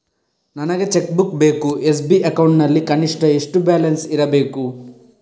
ನನಗೆ cheque book ಬೇಕು SB account ನಲ್ಲಿ ಕನಿಷ್ಠ ಎಷ್ಟು ಬ್ಯಾಲೆನ್ಸ್ ಇರಬೇಕು?